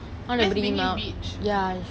let's bring him beach